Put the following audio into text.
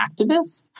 activist